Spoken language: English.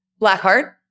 Blackheart